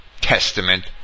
Testament